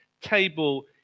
table